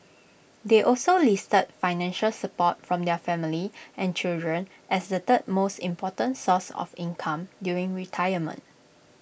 they also listed financial support from their family and children as the third most important source of income during retirement